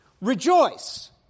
Rejoice